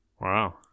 Wow